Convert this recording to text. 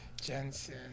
Jensen